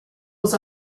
was